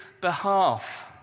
behalf